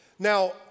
Now